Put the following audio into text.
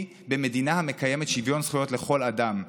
במדינה המקיימת שוויון זכויות לכל אדם,